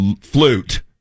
Flute